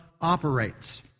operates